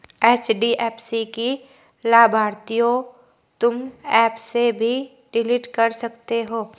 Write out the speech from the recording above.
HDFC की लाभार्थियों तुम एप से भी डिलीट कर सकते हो